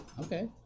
Okay